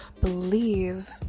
believe